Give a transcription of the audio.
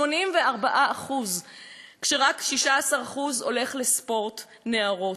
84%. רק 16% הולך לספורט נערות.